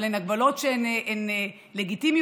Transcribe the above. אבל הן הגבלות שהן לגיטימיות,